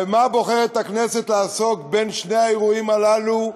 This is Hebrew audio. במה בוחרת הכנסת לעסוק בין שני האירועים הללו?